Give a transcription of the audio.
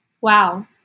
Wow